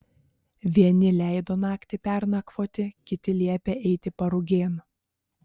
vieni leido naktį pernakvoti kiti liepė eiti parugėn